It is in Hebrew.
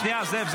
שנייה, זאב.